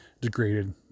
degraded